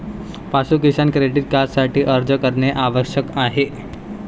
पाशु किसान क्रेडिट कार्डसाठी अर्ज करणे आवश्यक आहे